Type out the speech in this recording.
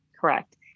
Correct